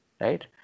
right